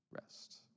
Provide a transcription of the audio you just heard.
rest